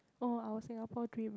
oh our Singapore dream